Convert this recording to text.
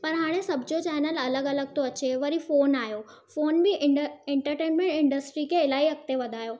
पर हाणे सभ जो चैनल अलॻि अलॻि थो अचे वरी फ़ोन आयो फ़ोन बि इन एंटरटेनमेंट इंडस्ट्री खे इलाही अॻिते वधायो